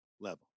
level